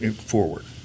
forward